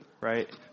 right